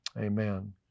Amen